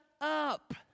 up